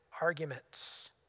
arguments